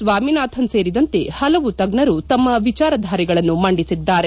ಸ್ವಾಮಿನಾಥನ್ ಸೇರಿದಂತೆ ಹಲವು ತಜ್ಞರು ತಮ್ನ ವಿಚಾರಧಾರೆಗಳನ್ನು ಮಂಡಿಸಿದ್ದಾರೆ